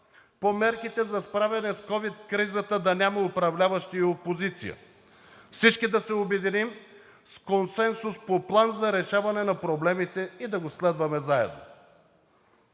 по мерките за справяне с ковид кризата да няма управляващи и опозиция, всички да се обединим с консенсус по план за решаване на проблемите и да го следваме заедно.